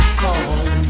call